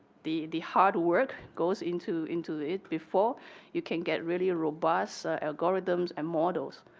the the hard work goes into into it before you can get really ah robust algorithms and models.